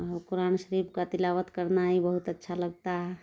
قرآن شریف کا تلاوت کرنا ہی بہت اچھا لگتا ہے